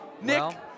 Nick